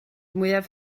mwyaf